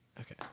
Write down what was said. Okay